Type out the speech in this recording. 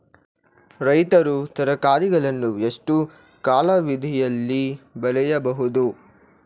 ರೈತರು ತರಕಾರಿಗಳನ್ನು ಎಷ್ಟು ಕಾಲಾವಧಿಯಲ್ಲಿ ಬೆಳೆಯಬಹುದು?